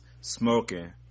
smoking